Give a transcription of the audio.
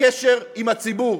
הקשר עם הציבור,